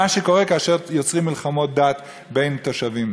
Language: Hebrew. מה קורה כשיוצרים מלחמות דת בין תושבים.